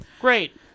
Great